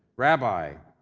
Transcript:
rabbi,